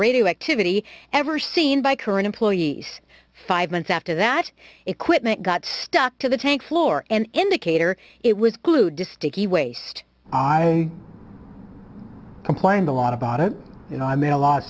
radioactivity ever seen by current employees five months after that equipment got stuck to the tank floor and indicator it was glued to sticky waste complained a lot about it you know i made a lot of